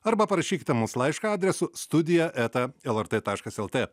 arba parašykite mums laišką adresu studija eta lrt taškas lt